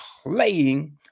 playing